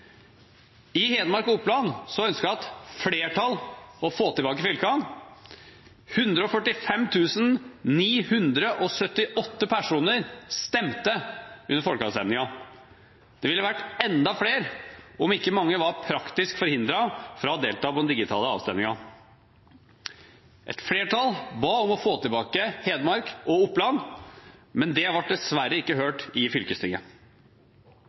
I Hedmark og Oppland ønsket et flertall å få tilbake fylkene. 145 978 personer stemte under folkeavstemningen. Det ville vært enda flere om ikke mange var praktisk forhindret fra å delta i den digitale avstemningen. Et flertall ba om å få tilbake Hedmark og Oppland, men det ble dessverre ikke hørt i fylkestinget.